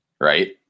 right